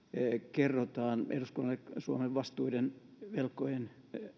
kerrotaan eduskunnalle suomen vastuiden velkojen